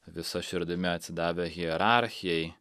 visa širdimi atsidavę hierarchijai